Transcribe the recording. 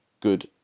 good